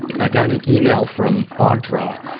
i got an email from audra,